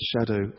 shadow